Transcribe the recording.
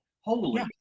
holy